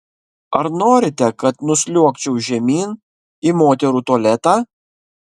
ar norite kad nusliuogčiau žemyn į moterų tualetą